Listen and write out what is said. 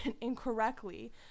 incorrectly